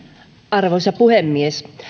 arvoisa puhemies